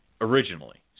originally